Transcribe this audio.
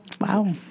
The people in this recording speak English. Wow